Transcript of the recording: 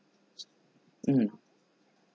mm